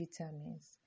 vitamins